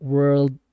World